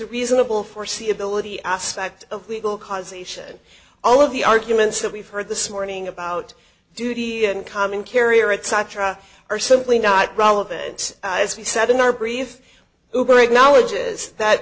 the reasonable foreseeability aspect of legal causation all of the arguments that we've heard this morning about duty and common carrier et cetera are simply not relevant as we said in our brief knowledge is that